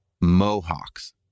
Mohawks